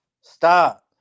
Stop